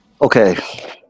Okay